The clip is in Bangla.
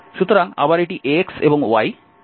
সুতরাং আবার এটি x এবং y এবং z